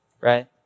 Right